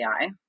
AI